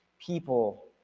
people